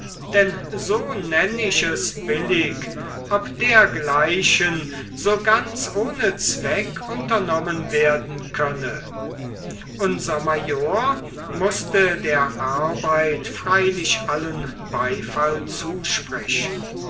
denn so nenn ich es billig ob dergleichen so ganz ohne zweck unternommen werden könne unser major mußte der arbeit freilich allen beifall zusprechen